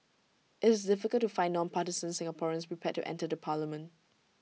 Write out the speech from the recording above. IT is difficult to find non partisan Singaporeans prepared to enter the parliament